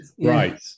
Right